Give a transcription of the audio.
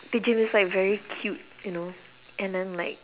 the gym is like very cute you know and then like